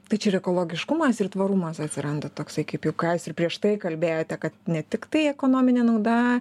tai čia ir ekologiškumas ir tvarumas atsiranda toksai kaip jau ką jūs ir prieš tai kalbėjote kad ne tiktai ekonominė nauda